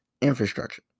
infrastructure